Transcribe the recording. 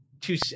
Two